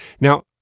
Now